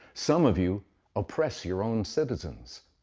some of you oppress your own citizens.